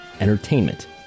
Entertainment